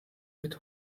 mit